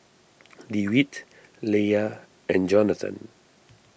Dewitt Leia and Jonathan